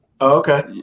Okay